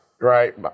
Right